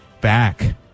back